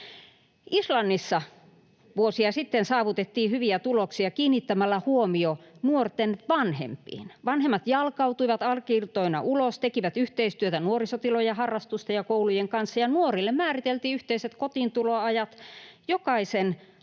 Islannissa vuosia sitten saavutettiin hyviä tuloksia kiinnittämällä huomio nuorten vanhempiin. Vanhemmat jalkautuivat arki-iltoina ulos ja tekivät yhteistyötä nuorisotilojen, harrastusten ja koulujen kanssa. Nuorille määriteltiin yhteiset kotiintuloajat. Jokaisen